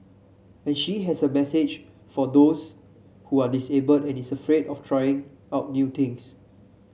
and she has a message for those who are disabled and is afraid of trying out new things